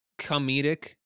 comedic